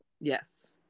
Yes